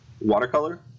watercolor